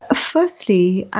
ah firstly, ah